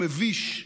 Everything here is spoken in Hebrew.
המביש,